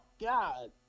God